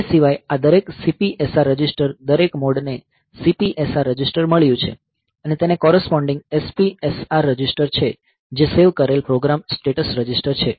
તે સિવાય આ દરેક CPSR રજિસ્ટર દરેક મોડને CPSR રજિસ્ટર મળ્યું છે અને તેને કોરસપોન્ડીંગ SPSR રજિસ્ટર છે જે સેવ કરેલ પ્રોગ્રામ સ્ટેટસ રજિસ્ટર છે